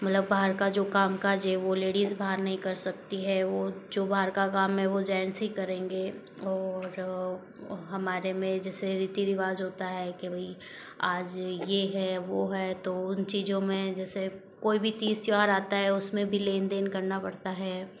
मतलब बाहर का जो कामकाज है वो लेडिज बाहर नहीं कर सकती है वो जो बाहर का काम है वो जेंट्स ही करेंगे और हमारे में जैसे रीति रिवाज होता है कि भाई आज यह है वह है तो उन चीज़ों में जैसे कोई भी तीज त्योहार आता है उसमें भी लेन देन करना पड़ता है